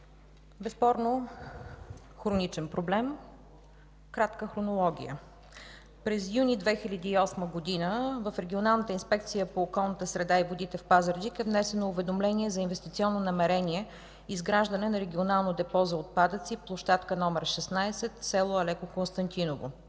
Безспорно хроничен проблем. Кратка хронология. През месец юли 2008 г. в Регионалната инспекция по околната среда и водите в Пазарджик е внесено уведомление за инвестиционно намерение „Изграждане на регионално депо за отпадъци, площадка № 16, село Алеко Константиново”.